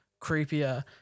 creepier